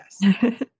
yes